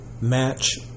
match